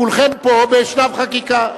כולכם פה בשלב חקיקה.